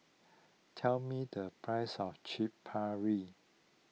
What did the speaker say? tell me the price of Chaat Papri